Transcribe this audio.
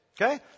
okay